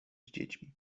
dziećmi